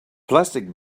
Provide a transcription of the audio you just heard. plastic